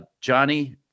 Johnny